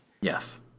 Yes